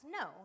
no